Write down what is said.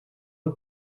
het